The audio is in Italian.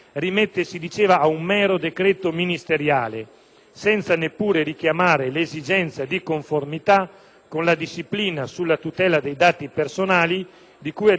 senza neppure richiamare l'esigenza di conformità con la disciplina sulla tutela dei dati personali di cui al decreto legislativo n. 196 del 2003.